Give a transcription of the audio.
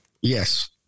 Yes